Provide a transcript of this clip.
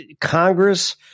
Congress